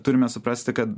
turime suprasti kad